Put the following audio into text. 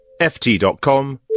ft.com